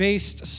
Based